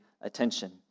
attention